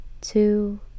two